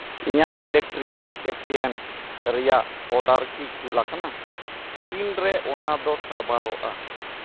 ᱤᱧᱟᱹᱜ electrical appliances ᱨᱮᱭᱟᱜ order ᱠᱤ ᱠᱩᱞ ᱟᱠᱟᱱᱟ ᱛᱤᱱ ᱨᱮ ᱚᱱᱟ ᱫᱚ ᱥᱟᱨᱵᱷᱟᱨᱚᱜᱼᱟ